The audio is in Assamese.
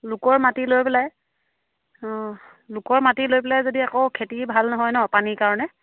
লোকৰ মাটি লৈ পেলাই অঁ লোকৰ মাটি লৈ পেলাই যদি আকৌ খেতি ভাল নহয় নহ্ পানীৰ কাৰণে